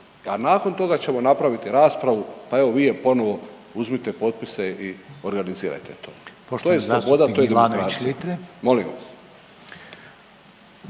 A nakon toga ćemo napraviti raspravu, pa evo vi je ponovo uzmite potpise i organizirajte to. To je sloboda, to je